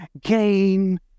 gain